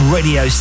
Radio